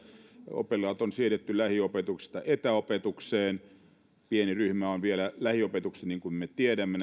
oppilaat on siirretty lähiopetuksesta etäopetukseen pieni ryhmä näistä pienimmistä koululaisista on vielä lähiopetuksessa niin kuin me tiedämme